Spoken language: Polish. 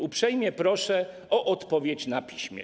Uprzejmie proszę o odpowiedź na piśmie.